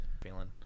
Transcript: feeling